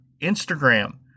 Instagram